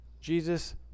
Jesus